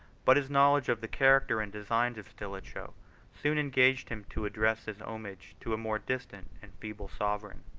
but his knowledge of the character and designs of stilicho soon engaged him to address his homage to a more distant and feeble sovereign.